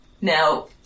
Now